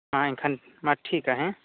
ᱢᱟ ᱮᱱᱠᱷᱟᱱ ᱢᱟ ᱴᱷᱤᱠᱟ ᱦᱮᱸ